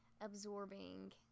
absorbing